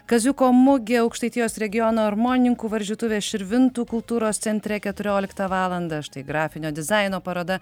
kaziuko mugė aukštaitijos regiono armonininkų varžytuvės širvintų kultūros centre keturioliktą valandą štai grafinio dizaino paroda